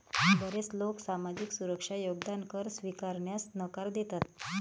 बरेच लोक सामाजिक सुरक्षा योगदान कर स्वीकारण्यास नकार देतात